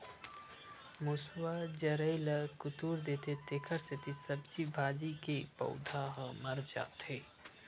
मूसवा जरई ल कुतर देथे तेखरे सेती सब्जी भाजी के पउधा ह मर जाथे